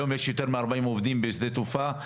היום יש יותר מ-40 עובדים בשדה תעופה.